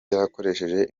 yakoresheje